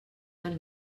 del